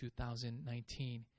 2019